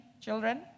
children